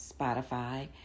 Spotify